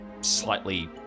slightly